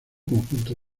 conjunto